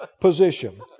position